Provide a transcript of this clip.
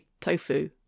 tofu